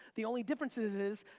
the only differences is,